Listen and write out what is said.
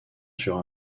sur